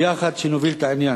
שביחד נוביל את העניין.